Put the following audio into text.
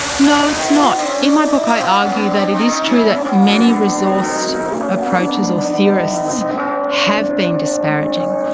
no, it's not. in my book, i argue that it is true that many resource approaches or theorists have been disparaging.